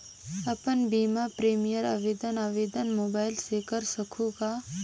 अपन बीमा प्रीमियम आवेदन आवेदन मोबाइल से कर सकहुं का?